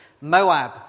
Moab